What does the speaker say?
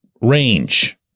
range